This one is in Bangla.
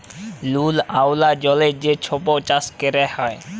লুল ওয়ালা জলে যে ছব চাষ ক্যরা হ্যয়